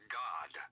god